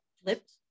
flipped